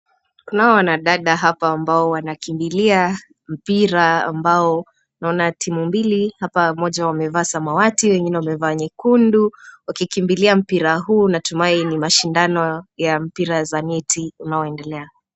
Kunao wanadada hapa ambao wanakimbilia mpira ambao. Naona timu mbili ambao moja wamevaa samawati na wengine wamevaa nyekundu wakikimbilia mpira huu. Natumai ni mashindano ya mpira wa neti unaoendelea.